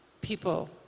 people